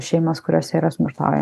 šeimas kuriose yra smurtauja